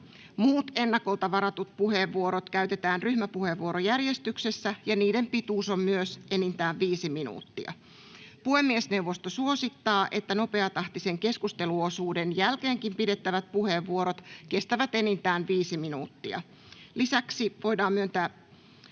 Muut ennakolta varatut puheenvuorot käytetään ryhmäpuheenvuorojärjestyksessä, ja niiden pituus on myös enintään viisi minuuttia. Puhemiesneuvosto suosittaa, että nopeatahtisen keskusteluosuuden jälkeenkin pidettävät puheenvuorot kestävät enintään viisi minuuttia. Lisäksi voidaan myöntää